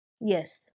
Yes